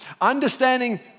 Understanding